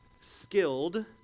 skilled